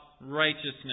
righteousness